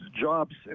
jobs